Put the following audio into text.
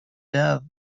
dove